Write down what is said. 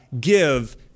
give